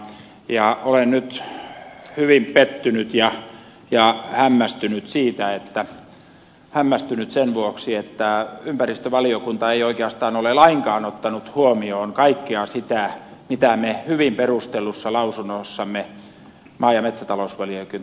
olen nyt hyvin pettynyt ja hämmästynyt sen vuoksi että ympäristövaliokunta ei oikeastaan ole lainkaan ottanut huomioon kaikkea sitä mitä maa ja metsätalousvaliokunta hyvin perustellussa lausunnossaan esitti